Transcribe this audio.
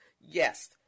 Yes